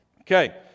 Okay